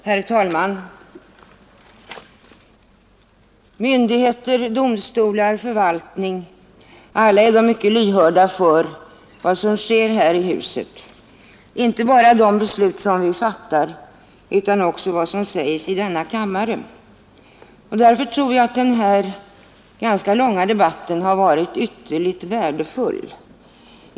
Herr talman! Myndigheter, domstolar och förvaltningar är alla mycket lyhörda för vad som sker här i huset, inte bara de beslut som vi fattar utan också vad som sägs i denna kammare. Därför tror jag att denna ganska långa debatt har varit ytterligt värdefull.